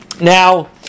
Now